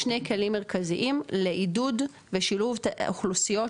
שני כלים מרכזיים, לעידוד ושילוב אוכלוסיות שונות,